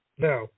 Now